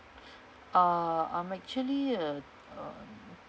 uh I'm actually a uh